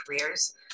careers